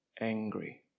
angry